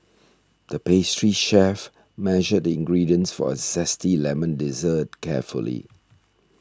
the pastry chef measured the ingredients for a Zesty Lemon Dessert carefully